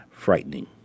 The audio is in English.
Frightening